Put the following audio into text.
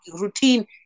routine